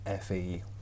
FE